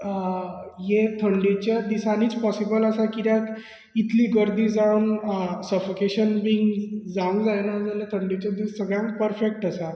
हे थंडेच्याच दिसांनीच पॉसीबल आसा कित्याक इतली गर्दी जावन सफोकेशन बीन जावंक जायना जाल्यार थंडेचे दीस सगळ्यांक परफॅक्ट आसा